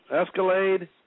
Escalade